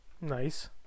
Nice